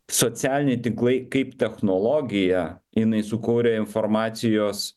socialiniai tinklai kaip technologija jinai sukūrė informacijos